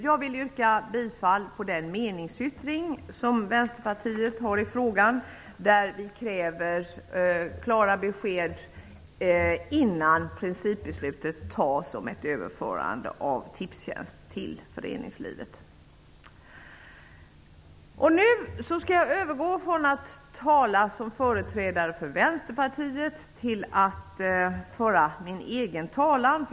Jag yrkar bifall till den meningsyttring som Vänsterpartiet har i frågan där vi kräver klara besked innan principbeslutet fattas om ett överförande av Tipstjänst till föreningslivet. Nu skall jag övergå från att tala som företrädare för Vänsterpartiet till att föra min egen talan.